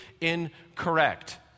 incorrect